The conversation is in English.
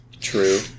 True